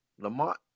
Lamont